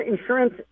insurance